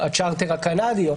הצ'ארטר הקנדי,